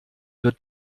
wird